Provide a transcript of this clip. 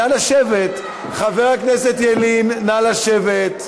חבר הכנסת ילין, נא לשבת.